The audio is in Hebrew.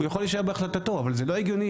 הוא יכול להישאר בהחלטתו אבל זה לא הגיוני